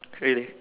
really